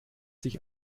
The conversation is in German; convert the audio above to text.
sich